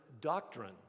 doctrine